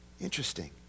Interesting